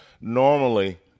normally